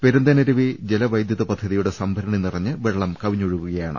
പെരുന്തേനരുവി ജലവൈദ്യുത പദ്ധതിയുടെ സംഭരണി നിറഞ്ഞ് വെള്ളം കവിഞ്ഞൊഴുകുകകയാണ്